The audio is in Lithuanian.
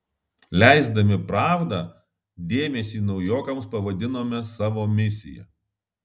leisdami pravdą dėmesį naujokams pavadinome savo misija